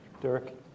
Derek